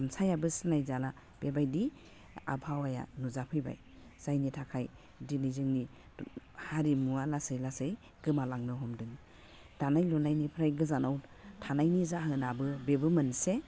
गामसायाबो सिनाय जाला बेबायदि आबहावाया नुजाफैबाय जायनि थाखाय दिनै जोंनि हारिमुवा लासै लासै गोमालांनो हमदों दानाय लुनायनिफ्राय गोजानाव थानायनि जाहोनाबो बेबो मोनसे